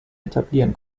etablieren